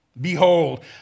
behold